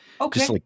Okay